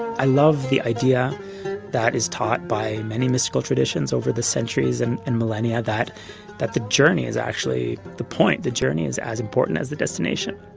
i love the idea that is taught by many mystical traditions over the centuries and and millennia that that the journey is actually the point, the journey is as important as the destination.